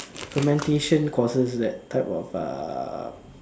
fermentation causes that type of uh